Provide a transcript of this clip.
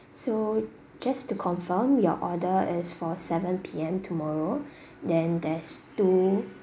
so just to confirm your order is for seven P_M tomorrow then there's two